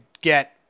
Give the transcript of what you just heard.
get